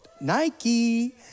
nike